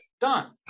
done